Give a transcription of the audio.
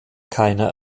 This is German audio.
keiner